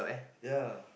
ya